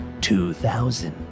2000